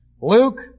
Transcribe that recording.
Luke